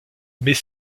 mais